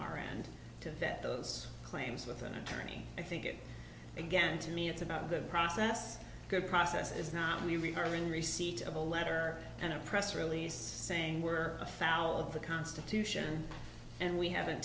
our end to vet those claims with an attorney i think it again to me it's about the process good process is not in the reader in receipt of a letter and a press release saying we're afoul of the constitution and we haven't